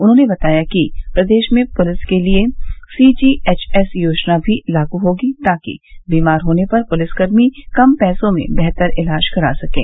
उन्होंने बताया कि प्रदेश में पुलिस के लिए सी जी एच एस योजना भी लागू होगी ताकि बीमार होने पर पुलिसकर्मी कम पैसों में बेहतर इलाज करा सकें